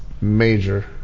major